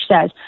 says